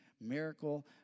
miracle